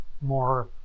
more